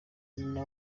nyina